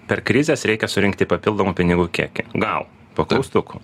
per krizes reikia surinkti papildomų pinigų kiekį gal po klaustuku